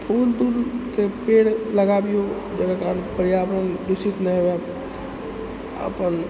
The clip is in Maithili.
फूल तूलके पेड़ लगाबियो जकरा कारण पर्यावरण दूषित नहि हुए अपन